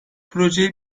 projeye